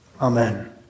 Amen